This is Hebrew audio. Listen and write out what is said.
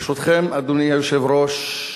ברשותכם, אדוני היושב-ראש,